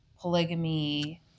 polygamy